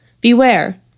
beware